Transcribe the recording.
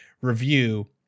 review